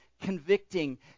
convicting